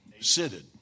Sitted